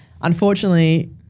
Unfortunately